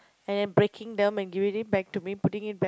and then breaking them and giving it back to me putting it back